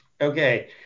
Okay